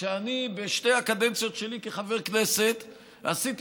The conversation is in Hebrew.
שאני בשתי הקדנציות שלי כחבר כנסת עשיתי